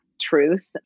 truth